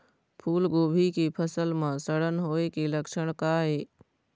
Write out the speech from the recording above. फूलगोभी के फसल म सड़न होय के लक्षण का ये?